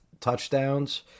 touchdowns